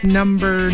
number